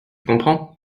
comprends